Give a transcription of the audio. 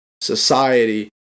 society